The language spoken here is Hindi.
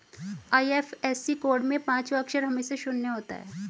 आई.एफ.एस.सी कोड में पांचवा अक्षर हमेशा शून्य होता है